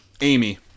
Amy